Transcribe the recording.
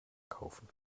kaufen